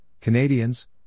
Canadians